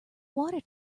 water